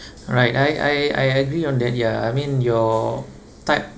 right I I I agree on that ya I mean your type